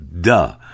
Duh